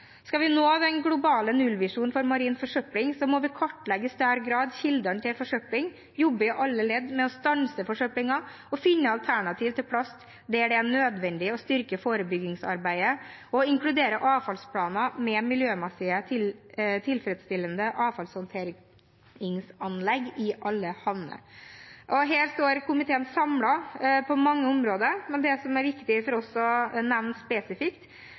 Skal vi nå den globale nullvisjonen for marin forsøpling, må vi i større grad kartlegge kildene til forsøpling, jobbe i alle ledd med å stanse forsøplingen, finne alternativ til plast der det er nødvendig, styrke forebyggingsarbeidet og inkludere avfallsplaner med miljømessig tilfredsstillende avfallshåndteringsanlegg i alle havner. Her står komiteen samlet på mange områder, men det som er viktig for oss å nevne spesifikt,